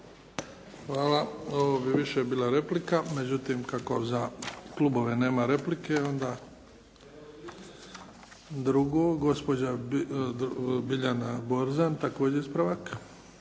Hvala. Ovo bi više bila replika, međutim kako za klubove nema replike onda… Drugo, gospođa Biljana Borzan, također ispravak.